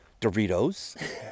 Doritos